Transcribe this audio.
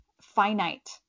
finite